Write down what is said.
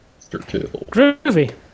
Groovy